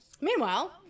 Meanwhile